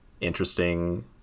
interesting